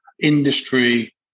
industry